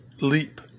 leap